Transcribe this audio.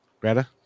Greta